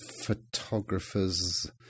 photographer's